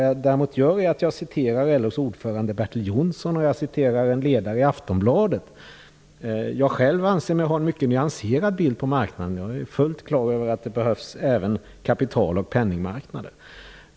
Jag citerar däremot LO:s ordförande Bertil Jonsson och en ledare i Aftonbladet. Jag anser mig själv ha en mycket nyanserad bild av marknaden. Jag är fullt klar över att det behövs även kapital och penningmarknader.